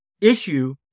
issue